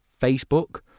Facebook